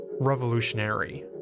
revolutionary